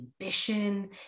ambition